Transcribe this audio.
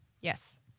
Yes